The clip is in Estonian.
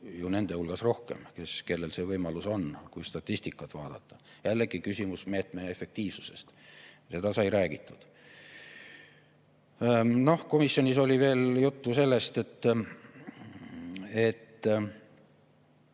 ju nende hulgas rohkem, kellel see võimalus on, kui statistikat vaadata. Jällegi küsimus meetme efektiivsusest. Sellest sai räägitud. Komisjonis oli veel juttu sellest, et